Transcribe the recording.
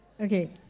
Okay